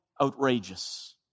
outrageous